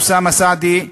אוסאמה סעדי,